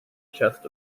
chest